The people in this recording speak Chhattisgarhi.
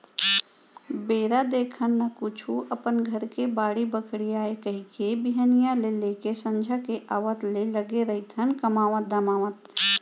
बेरा देखन न कुछु अपन घर के बाड़ी बखरी आय कहिके बिहनिया ले लेके संझा के आवत ले लगे रहिथन कमावत धमावत